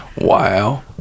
Wow